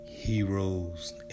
Heroes